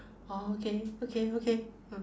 oh okay okay okay